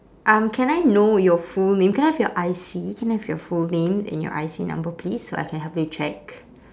um can I know your full name can I have your I_C can I have your full name and your I_C number please so I can help you check